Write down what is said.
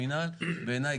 דיון ענייני,